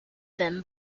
them